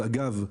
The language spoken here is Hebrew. אגב,